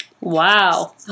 Wow